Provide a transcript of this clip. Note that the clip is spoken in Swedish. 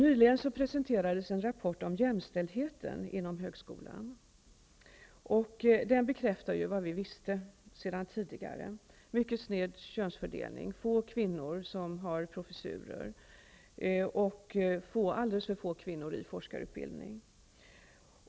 Nyligen presenterades en rapport om jämställdheten inom högskolan. Den bekräftar vad vi visste sedan tidigare: mycket sned könsfördelning, få kvinnor som har professurer och alldeles för få kvinnor i forskarutbildning.